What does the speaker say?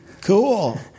Cool